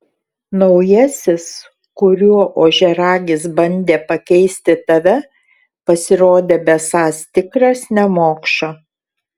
naujasis kuriuo ožiaragis bandė pakeisti tave pasirodė besąs tikras nemokša